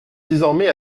désormais